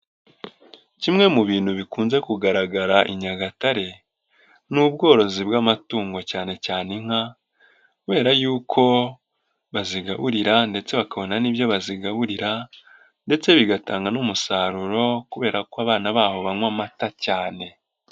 Kimwe mu bintu bikunze kugaragara i Nyagatare ni ubworozi bw'amatungo cyane cyane inka, kubera yuko bazigaburira, ndetse bakabona n'ibyo bazigaburira, ndetse bigatanga n'umusaruro kubera ko abana baho banywa amata cyane.